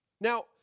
Now